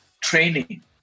training